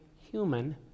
human